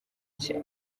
cye